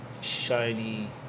shiny